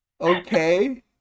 Okay